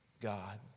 God